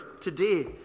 today